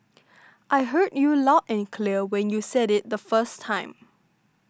I heard you loud and clear when you said it the first time